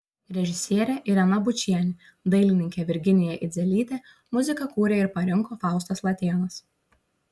režisierė irena bučienė dailininkė virginija idzelytė muziką kūrė ir parinko faustas latėnas